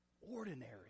Ordinary